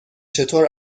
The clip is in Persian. چطور